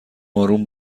آروم